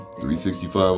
365